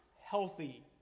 healthy